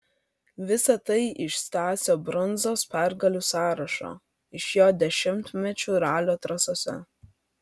visa tai iš stasio brundzos pergalių sąrašo iš jo dešimtmečių ralio trasose